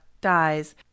dies